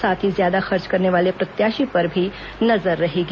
साथ ही ज्यादा खर्च करने वाले प्रत्याशी पर भी नजर रहेगी